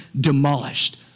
demolished